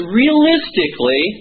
realistically